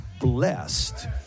blessed